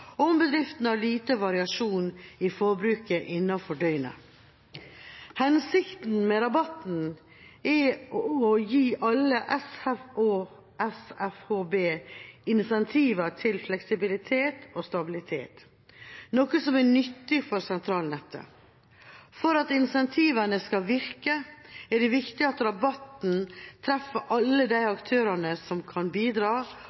og om bedriften har lite variasjon i forbruket innenfor døgnet. Hensikten med rabatten er å gi alle SFHB incentiver til fleksibilitet og stabilitet, noe som er nyttig for sentralnettet. For at incentivene skal virke, er det viktig at rabatten treffer alle aktørene som kan bidra,